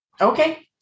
Okay